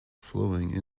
flowing